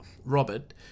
Robert